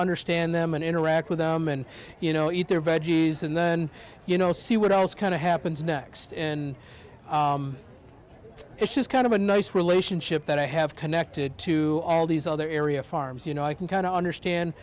understand them and interact with them and you know eat their veggies and then you know see what else kind of happens next and it's just kind of a nice relationship that i have connected to all these other area farms you know i can kind of understand